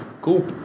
Cool